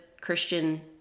Christian